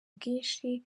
bwinshi